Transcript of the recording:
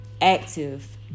active